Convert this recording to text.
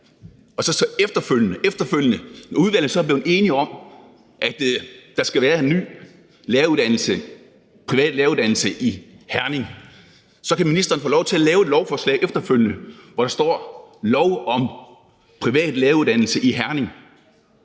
når udvalget så er blevet enig om, at der skal være en ny privat læreruddannelse i Herning, kan ministeren efterfølgende få lov til at lave et lovforslag, hvor der står forslag til lov om en privat læreruddannelse i Herning,